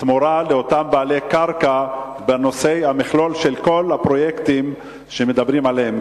תמורה לאותם בעלי קרקע בנושא המכלול של כל הפרויקטים שמדברים עליהם,